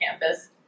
campus